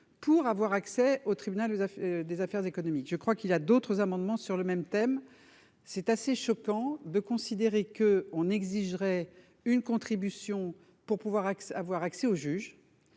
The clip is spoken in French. pour avoir accès au tribunal ou à faire des affaires économiques. Je crois qu'il a d'autres amendements sur le même thème. C'est assez choquant de considérer que on exigerait une contribution pour pouvoir à avoir accès au juge.